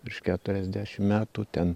virš keturiasdešimt metų ten